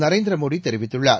நரேந்திர மோடி தெரிவித்துள்ளார்